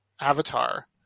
Avatar